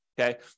okay